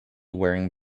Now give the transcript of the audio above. wearing